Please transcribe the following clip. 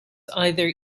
either